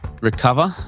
recover